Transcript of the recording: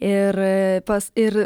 ir pas ir